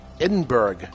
Edinburgh